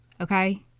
okay